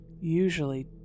usually